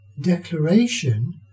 declaration